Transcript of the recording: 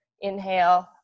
Inhale